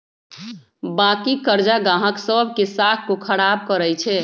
बाँकी करजा गाहक सभ के साख को खराब करइ छै